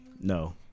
No